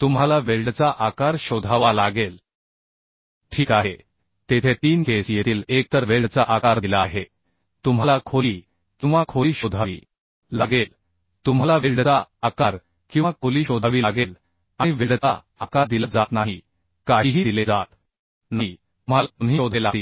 तुम्हाला वेल्डचा आकार शोधावा लागेल ठीक आहे तेथे 3केस येतील एकतर वेल्डचा आकार दिला आहे तुम्हाला खोली किंवा खोली शोधावी लागेल तुम्हाला वेल्डचा आकार किंवा खोली शोधावी लागेल आणि वेल्डचा आकार दिला जात नाही काहीही दिले जात नाही तुम्हाला दोन्ही शोधावे लागतील